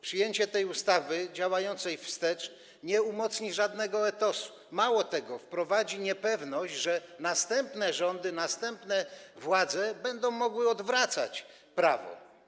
Przyjęcie tej ustawy, działającej wstecz, nie umocni żadnego etosu, mało tego - wprowadzi niepewność, że następne rządy, następne władze będą mogły odwracać prawo.